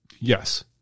Yes